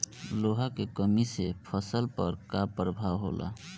लोहा के कमी से फसल पर का प्रभाव होला?